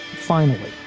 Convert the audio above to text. finally,